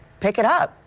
pick it up.